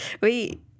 Wait